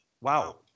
wow